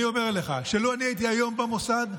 אני אומר לך שלו אני הייתי היום במוסד,